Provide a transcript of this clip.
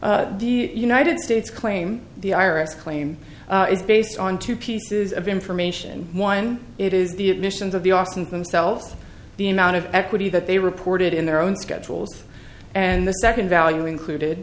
the united states claim the ira's claim is based on two pieces of information one it is the admissions of the office and themselves the amount of equity that they reported in their own schedules and the second value included